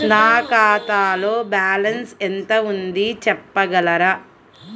నా ఖాతాలో బ్యాలన్స్ ఎంత ఉంది చెప్పగలరా?